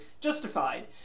justified